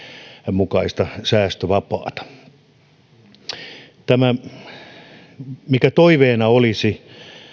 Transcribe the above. mukaista säästövapaata mikäli mahdollista toiveena olisi